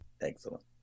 Excellent